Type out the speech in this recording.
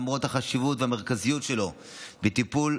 למרות החשיבות והמרכזיות שלו בטיפול,